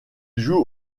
joue